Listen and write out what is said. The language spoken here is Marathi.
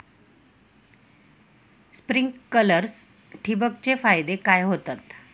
स्प्रिंकलर्स ठिबक चे फायदे काय होतात?